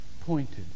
pointed